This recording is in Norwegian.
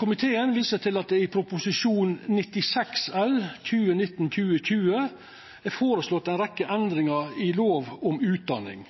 Komiteen viser til at det i Prop. 96 L for 2019–2020 er føreslått ei rekkje endringar i lov om utdanning.